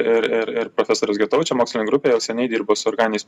ir ir ir profesoriaus gitaučio mokslinė grupė jau seniai dirba su organiniais